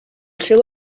seu